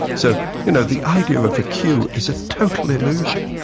so you know the idea of of a queue is a total illusion.